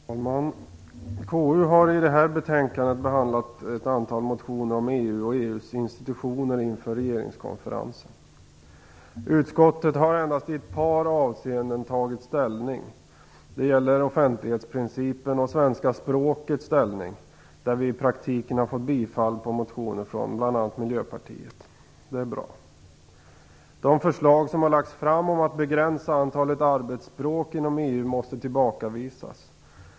Herr talman! KU har i detta betänkande behandlat ett antal motioner om EU och EU:s institutioner inför regeringskonferensen. Utskottet har endast i ett par avseenden tagit ställning. Det gäller offentlighetsprincipen och svenska språkets ställning, där bl.a. vi från Miljöpartiet i praktiken har fått bifall för våra motioner. Det är bra. De förslag som har lagts fram om att begränsa antalet arbetsspråk inom EU måste tillbakavisas.